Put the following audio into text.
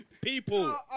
People